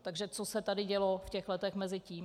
Takže co se tady dělo v letech mezi tím?